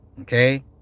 okay